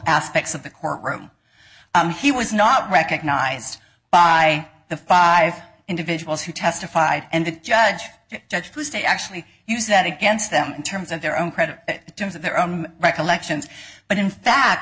aspects of the courtroom he was not recognized by the five individuals who testified and the judge judge tuesday actually use that against them in terms of their own credit terms of their recollections but in fact